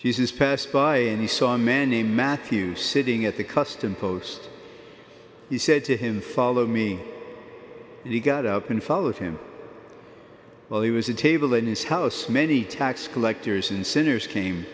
says passed by and he saw a man named matthew sitting at the custom post he said to him follow me and he got up and followed him while he was a table in his house many tax collectors and sinners came